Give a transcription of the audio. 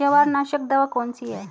जवारनाशक दवा कौन सी है?